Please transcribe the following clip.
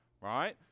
right